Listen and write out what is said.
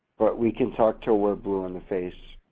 but we can talk til we're blue in the face.